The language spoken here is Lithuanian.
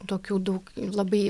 tokių daug labai